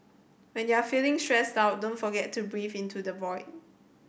when you are feeling stressed out don't forget to breathe into the void